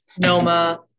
NOMA